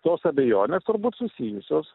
tos abejonės turbūt susijusios